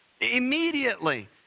Immediately